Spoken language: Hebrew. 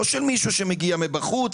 לא של מישהו שמגיע מבחוץ,